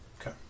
Okay